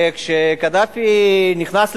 כשקדאפי נכנס לבעיה,